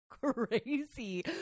crazy